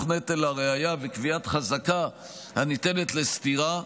נטל הראיה וקביעת חזקה הניתנת לסתירה,